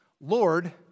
Lord